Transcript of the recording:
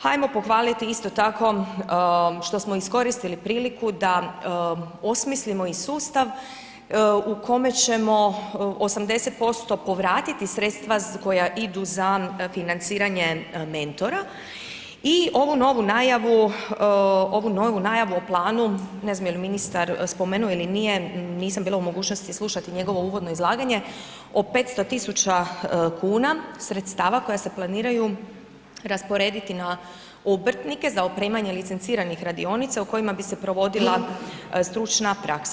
Hajmo pohvaliti isto tako, što smo iskoristili priliku da osmislimo i sustav u kome ćemo 80% povratiti sredstva koja idu za financiranje mentora i ovu novu najavu o planu, ne znam je li ju ministar spomenuo ili nije, nisam bila u mogućnosti slušati njegovo uvodno izlaganje, o 500 tisuća kuna sredstava koja se planiraju rasporediti na obrtnike za opremanje licenciranih radionica u kojima bi se provodila stručna praksa.